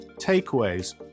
takeaways